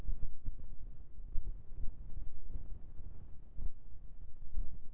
साही शाही दावत धान कोन माटी म होही गरवा?